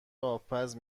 آبپز